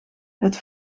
het